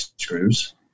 screws